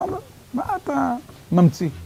מה אתה.. ממציא